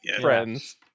Friends